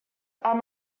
are